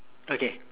okay